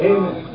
Amen